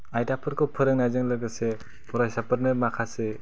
आयदाफोरखौ फोरोंनायजों लोगोसे फरायसाफोरनो माखासे